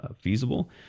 feasible